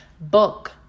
Book